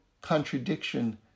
contradiction